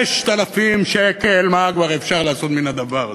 5,000 שקל, מה כבר אפשר לעשות עם הדבר הזה?